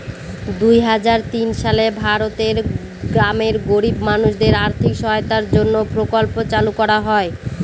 দুই হাজার তিন সালে ভারতের গ্রামের গরিব মানুষদের আর্থিক সহায়তার জন্য প্রকল্প চালু করা হয়